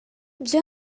дьэ